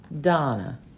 Donna